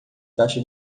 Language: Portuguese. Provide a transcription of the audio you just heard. taxa